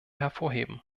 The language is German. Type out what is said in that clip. hervorheben